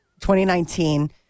2019